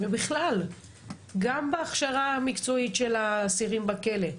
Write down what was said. ובכלל גם בהכשרה המקצועית של האסירים בכלא,